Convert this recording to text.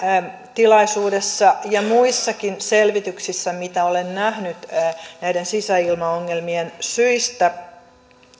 tilaisuudessa ja muissakaan selvityksissä mitä olen nähnyt näiden sisäilmaongelmien syistä